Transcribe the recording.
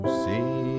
see